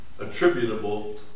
attributable